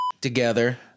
together